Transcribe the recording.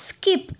skip